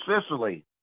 Sicily